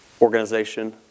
organization